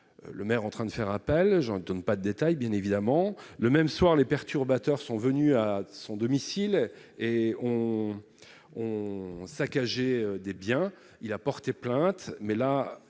le maire en train de faire appel, j'en donne pas de détails, bien évidemment, le même soir, les perturbateurs sont venus à son domicile et ont ont saccagé des biens, il a porté plainte,